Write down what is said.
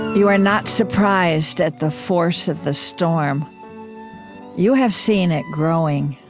you are not surprised at the force of the storm you have seen it growing.